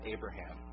Abraham